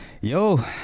yo